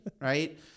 right